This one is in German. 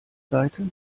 seite